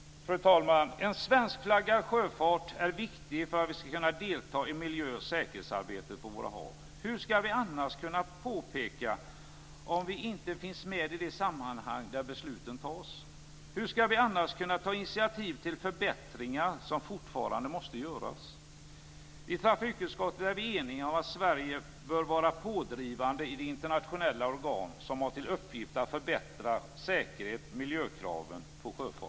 Fru talman! En svenskflaggad sjöfart är viktig för att vi ska kunna delta i miljö och säkerhetsarbetet på våra hav. Hur ska vi annars kunna påverka, om vi inte finns med i de sammanhang där besluten fattas? Hur ska vi annars kunna ta initiativ till de förbättringar som fortfarande måste göras? I trafikutskottet är vi eniga om att Sverige bör vara pådrivande i de internationella organ som har till uppgift att förbättra säkerhets och miljökraven på sjön.